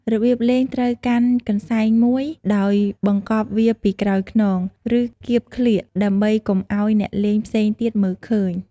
របៀបលេងត្រូវកាន់កន្សែងមួយ ដោយបង្កប់វាពីក្រោយខ្នង ឬកៀកក្លៀក ដើម្បីកុំឱ្យអ្នកលេងផ្សេងទៀតមើលឃើញ។